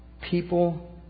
people